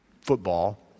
football